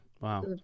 Wow